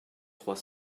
trois